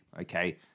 okay